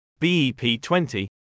BEP20